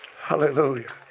Hallelujah